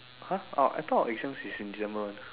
!huh! oh I thought exams is in December [one]